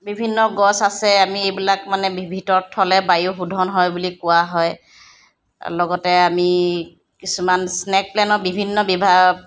বিভিন্ন গছ আছে আমি এইবিলাক মানে বি ভিতৰত থ'লে বায়ু শোধন হয় বুলি কোৱা হয় লগতে আমি কিছুমান স্নেক প্লেন্টৰ বিভিন্ন বিভাগ